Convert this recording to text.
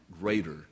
greater